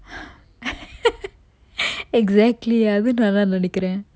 exactly அதுனாலன்னு நெனைக்குரன்:athunalanu nenaikkuran